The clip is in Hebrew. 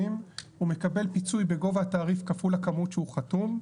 הוא מקבל פיצוי בגובה התעריף כפול הכמות שהוא חתום.